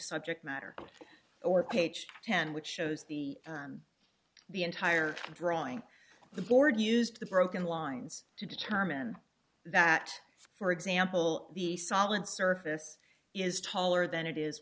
subject matter or page ten which shows the the entire drawing the board used the broken lines to determine that for example the solid surface is taller than it is